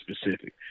specific